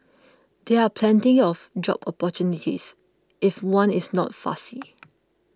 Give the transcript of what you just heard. there are plenty of job opportunities if one is not fussy